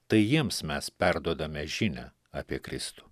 tai jiems mes perduodame žinią apie kristų